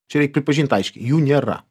čia reik pripažint aiškiai jų nėra